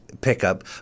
Pickup